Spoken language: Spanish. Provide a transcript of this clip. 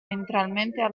ventralmente